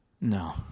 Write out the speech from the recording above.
No